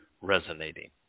resonating